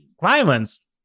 violence